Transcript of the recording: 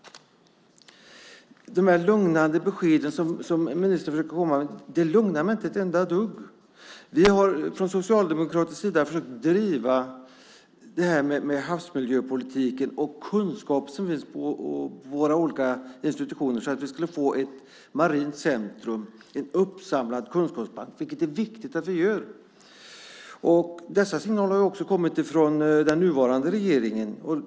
De lugnande besked som ministern försöker komma med lugnar mig inte ett enda dugg. Från socialdemokratisk sida har vi försökt driva detta med havsmiljöpolitiken och samla den kunskap som finns på landets olika institutioner så att vi kan få ett marint centrum, en uppsamlad kunskapsbank. Det är viktigt. Dessa signaler har också kommit från den nuvarande regeringen.